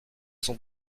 sont